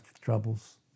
troubles